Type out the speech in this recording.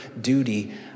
duty